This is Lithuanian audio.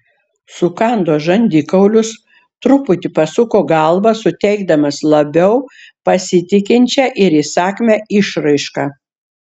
sukando žandikaulius truputį pasuko galvą suteikdamas labiau pasitikinčią ir įsakmią išraišką